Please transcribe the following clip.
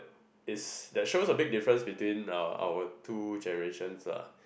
is there shows a big difference between uh our two generations lah